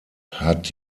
hat